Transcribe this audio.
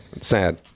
sad